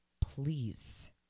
Please